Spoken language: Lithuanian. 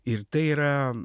ir tai yra